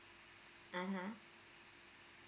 (uh huh)